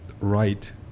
right